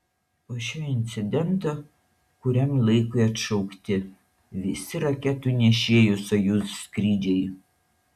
po šio incidento kuriam laikui atšaukti visi raketų nešėjų sojuz skrydžiai